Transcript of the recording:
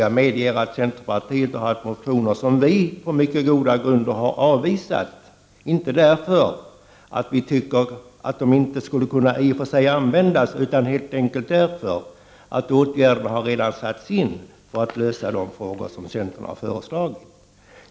Jag medger att centerpartiet har väckt motioner som vi socialdemokrater på mycket goda grunder har avvisat, inte på grund av att vi anser att förslagen i dem inte skulle kunna användas utan helt enkelt därför att åtgärder redan har vidtagits i fråga om det som centerpartiet har föreslagit.